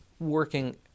working